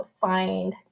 find